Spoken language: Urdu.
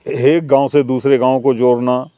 ایک گاؤں سے دوسرے گاؤں کو جوڑنا